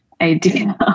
idea